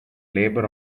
labor